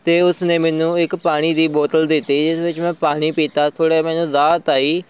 ਅਤੇ ਉਸ ਨੇ ਮੈਨੂੰ ਇੱਕ ਪਾਣੀ ਦੀ ਬੋਤਲ ਦਿੱਤੀ ਜਿਸ ਵਿੱਚ ਮੈਂ ਪਾਣੀ ਪੀਤਾ ਥੋੜ੍ਹਾ ਜਿਹਾ ਮੈਨੂੰ ਰਾਹਤ ਆਈ